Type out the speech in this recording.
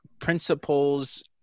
principles